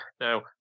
Now